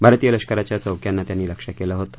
भारतीय लष्कराच्या चौक्यांना त्यांनी लक्ष्य केलं होतं